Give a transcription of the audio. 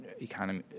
economy